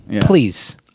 please